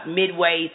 midway